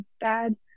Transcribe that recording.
bad